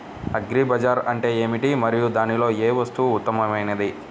Agri bazaar అంటే ఏమిటి మరియు దానిలో ఏ వస్తువు ఉత్తమమైనది?